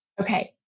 Okay